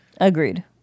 Agreed